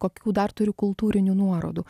kokių dar turi kultūrinių nuorodų